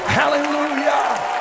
hallelujah